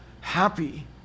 happy